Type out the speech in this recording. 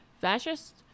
fascist